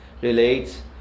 relates